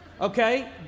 okay